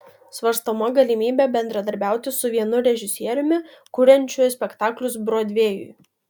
svarstoma galimybė bendradarbiauti su vienu režisieriumi kuriančiu spektaklius brodvėjui